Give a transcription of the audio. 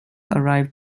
arrived